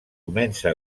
comença